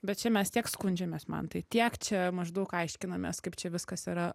bet čia mes tiek skundžiamės mantai tiek čia maždaug aiškinamės kaip čia viskas yra